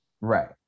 Right